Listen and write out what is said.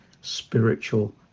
spiritual